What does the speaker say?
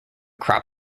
crop